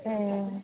ए